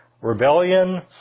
rebellion